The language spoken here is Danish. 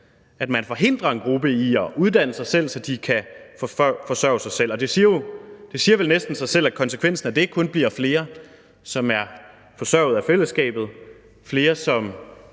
at man forhindrer en gruppe i at uddanne sig, så de kan forsørge sig selv, og det siger vel næsten sig selv, at konsekvensen af det kun bliver flere, som er forsørget af fællesskabet, flere, som